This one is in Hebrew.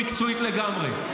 מקצועית לגמרי,